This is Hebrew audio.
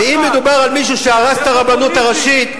ואם מדובר על מישהו שהרס את הרבנות הראשית,